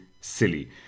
silly